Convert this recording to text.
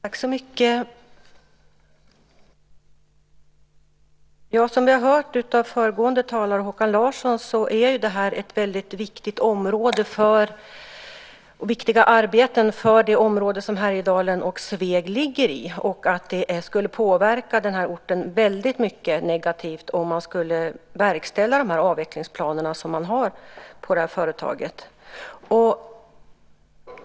Herr talman! Som vi hörde av föregående talare Håkan Larsson är detta viktiga arbeten för Härjedalen och Sveg. Det skulle påverka denna ort mycket negativt om man skulle verkställa avvecklingsplanerna för företaget.